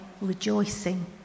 rejoicing